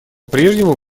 прежнему